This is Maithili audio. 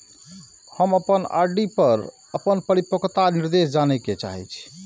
हम अपन आर.डी पर अपन परिपक्वता निर्देश जाने के चाहि छी